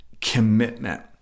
commitment